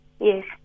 Yes